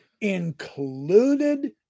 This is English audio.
included